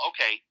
okay